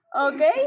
Okay